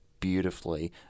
beautifully